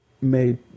made